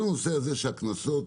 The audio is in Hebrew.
כל הנושא הזה שהקנסות